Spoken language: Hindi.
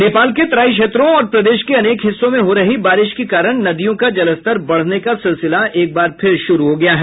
नेपाल के तराई क्षेत्रों और प्रदेश के अनेक हिस्सों में हो रही बारिश के कारण नदियों का जलस्तर बढ़ने का सिलसिला एकबार फिर शुरू हो गया है